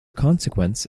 consequence